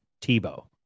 Tebow